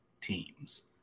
teams